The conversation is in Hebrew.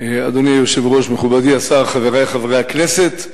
אדוני היושב-ראש, מכובדי השר, חברי חברי הכנסת,